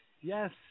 Yes